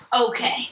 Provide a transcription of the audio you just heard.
Okay